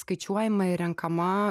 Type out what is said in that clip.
skaičiuojama ir renkama